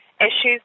issues